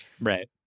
right